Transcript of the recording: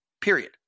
period